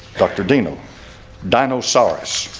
dr. dino dino soros